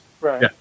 Right